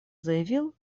заявил